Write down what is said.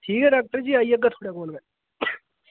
ठीक ऐ डाक्टर जी आई जाह्गा थुआढ़े कोल मैं